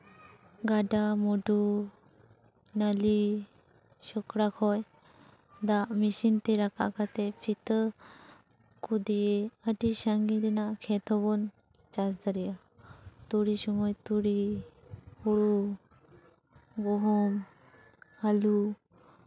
ᱜᱟᱰᱟᱼᱢᱩᱰᱩ ᱱᱟᱹᱞᱤ ᱥᱚᱠᱲᱟ ᱠᱷᱚᱡ ᱫᱟᱜ ᱢᱮᱥᱤᱱᱛᱮ ᱨᱟᱠᱟᱵᱽ ᱠᱟᱛᱮᱫ ᱯᱷᱤᱛᱟᱹ ᱠᱷᱚᱫᱮ ᱟᱹᱰᱤ ᱥᱟᱺᱜᱤᱧ ᱨᱮᱱᱟᱜ ᱠᱷᱮᱛ ᱦᱚᱵᱚᱱ ᱪᱟᱥ ᱫᱟᱲᱮᱭᱟᱜᱼᱟ ᱛᱩᱲᱤ ᱥᱚᱢᱚᱭ ᱛᱩᱲᱤ ᱦᱩᱲᱩ ᱜᱩᱦᱩᱢ ᱟᱹᱞᱩ